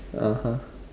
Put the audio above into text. (uh huh)